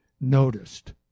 noticed